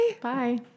Bye